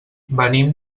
venim